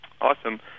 Awesome